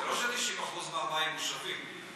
זה לא ש-90% מהמים מושבים.